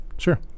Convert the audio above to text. Sure